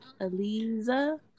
Aliza